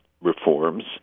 reforms